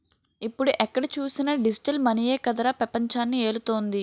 ఇప్పుడు ఎక్కడ చూసినా డిజిటల్ మనీయే కదరా పెపంచాన్ని ఏలుతోంది